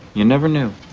you never knew.